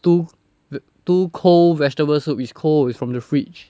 two the two cold vegetable soup is cold is from the fridge